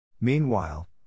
Meanwhile